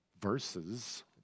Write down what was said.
Verses